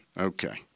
Okay